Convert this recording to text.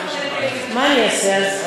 אז מה אני אעשה?